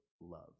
love